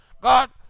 God